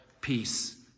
peace